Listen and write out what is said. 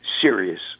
serious